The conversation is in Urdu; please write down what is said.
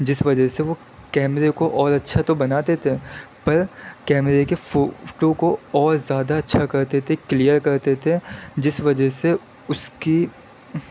جس وجہ سے وہ کیمرے کو اور اچھا تو بناتے تھے پر کیمرے کے فوٹو کو اور زیادہ اچھا کرتے تھے کلیئر کرتے تھے جس وجہ سے اس کی